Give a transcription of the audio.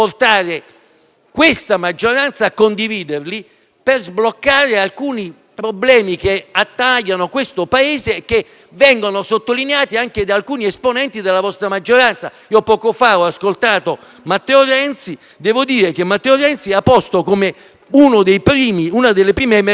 questa maggioranza a condividerli per sbloccare alcuni problemi che attanagliano il Paese e che vengono sottolineati anche da alcuni esponenti della vostra maggioranza. Poco fa ho ascoltato Matteo Renzi, il quale ha posto come una delle prime emergenze